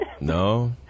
no